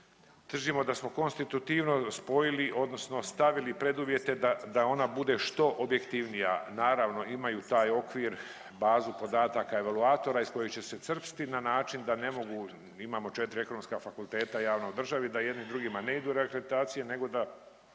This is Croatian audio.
držimo da smo konstitutivno spojili odnosno stavili preduvjete da, da ona bude što objektivnija, naravno imaju taj okvir, bazu podataka, evaluatora iz kojih će se crpsti na način da ne mogu, imamo 4 ekonomska fakulteta javna u državi, da jedna drugima ne idu na reakreditacije nego da